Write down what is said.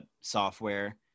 software